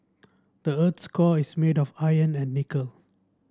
the earth's core is made of iron and nickel